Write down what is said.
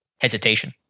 hesitation